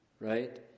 right